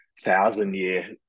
thousand-year